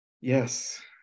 Yes